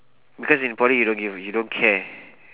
because in poly you don't give a you don't care